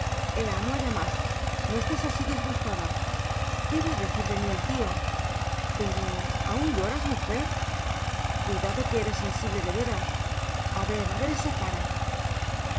ea no haya más no estés así disgustada qué va a decir de mí el tío pero aún lloras mujer cuidado que eres sensible de veras a ver a ver esa cara